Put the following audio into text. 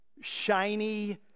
shiny